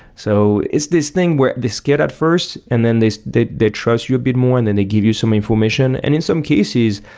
so it's this thing, where they scared at first and then they they trust you a bit more and then they give you some information. and in some cases,